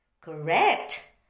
Correct